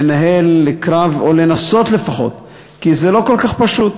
לנהל קרב או לנסות לפחות, כי זה לא כל כך פשוט.